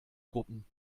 gruppen